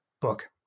book